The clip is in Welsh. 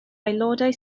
aelodau